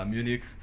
Munich